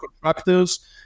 contractors